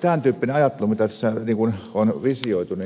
tämän tyyppisessä ajattelussa mitä tässä on visioitu